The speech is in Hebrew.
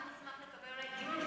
אנחנו נשמח שיהיה דיון,